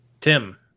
Tim